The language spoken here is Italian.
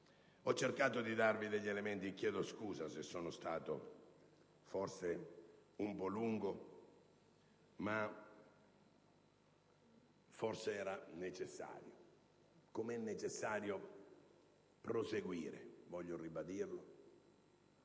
Ho cercato di darvi degli elementi, e chiedo scusa se il mio intervento è stato un po' lungo, ma forse era necessario, com'è necessario proseguire - voglio ribadirlo